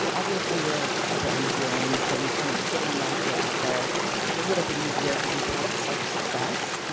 obviously you're a brand of your own, so you you know, getting the idea out there is a little bit easier because you've had such success.